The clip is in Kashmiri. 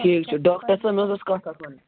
ٹھیٖک چھُ ڈاکٹر صٲب مےٚ حظ ٲس کتھ اَکھ ونٕنۍ